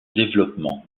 développement